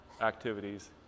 activities